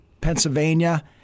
Pennsylvania